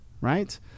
right